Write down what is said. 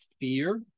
fear